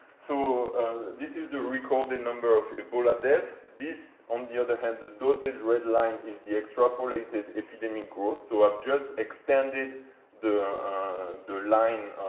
so this is the recorded number of ebola deaths, this, on the other hand, the dotted red line is the extrapolated epidemic growth, so i've just extended the the line,